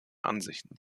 ansichten